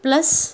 plus